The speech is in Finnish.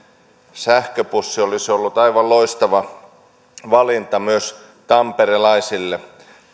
sähköbussi olisi ollut aivan loistava valinta myös tamperelaisille